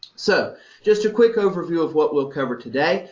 so just a quick overview of what we'll cover today.